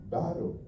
Battle